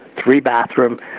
three-bathroom